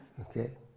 Okay